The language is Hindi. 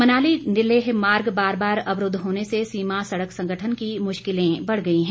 मनाली लेह मार्ग बार बार अवरूद्व होने से सीमा सड़क संगठन की मुश्किलें बढ़ गई हैं